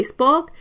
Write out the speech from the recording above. Facebook